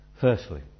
Firstly